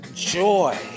Joy